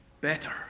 better